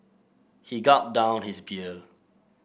he gulped down his beer